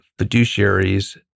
fiduciaries